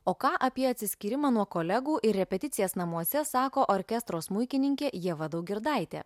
o ką apie atsiskyrimą nuo kolegų ir repeticijas namuose sako orkestro smuikininkė ieva daugirdaitė